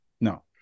No